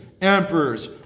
emperors